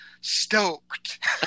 stoked